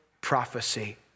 prophecy